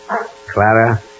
Clara